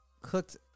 cooked